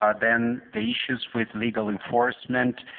um then the issues with legal enforcement.